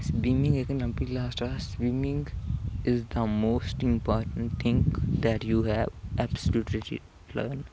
swimming is the most important thing that you have absolutely learn